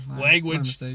Language